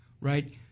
right